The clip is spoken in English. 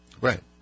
Right